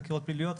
חקירות פליליות,